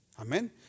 Amen